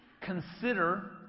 consider